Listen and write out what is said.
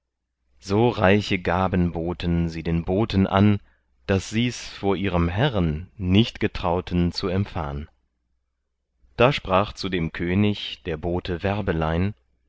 so reiche gaben boten sie den boten an daß sie's vor ihrem herren nicht getrauten zu empfahn da sprach zu dem könig der bote werbelein